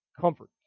comfort